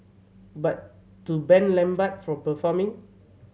but to ban Lambert from performing